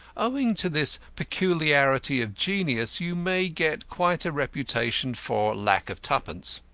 owing to this peculiarity of genius, you may get quite a reputation for lack of twopence.